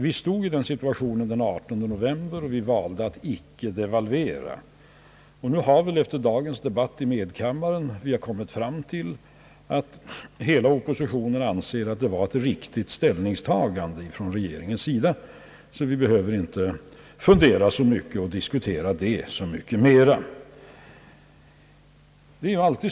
Vi befann oss i den situationen den 18 november, och vi valde att icke devalvera. Vi har efter dagens debatt i medkammaren kommit fram till att hela oppositionen anser, att regeringen gjort ett riktigt ställningstagande. Vi behöver därför inte diskutera denna fråga så mycket mera.